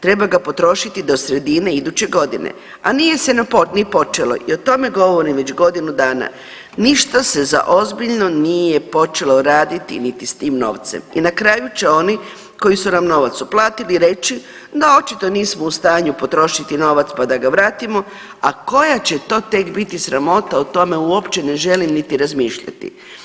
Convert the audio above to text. Treba ga potrošiti do sredine iduće godine, a nije se ni počelo i o tome govorim već godinu dana. i o tome govorim već godinu dana, ništa se za ozbiljno nije počelo raditi niti s tim novcem i na kraju će oni koji su nam novac uplatili reći da očito nismo u stanju potrošiti novac pa da ga vratimo, a koja će to tek biti sramota o tome uopće ne želim niti razmišljati.